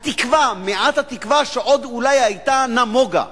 התקווה, מעט התקווה שעוד אולי היתה, נמוגה.